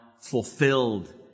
fulfilled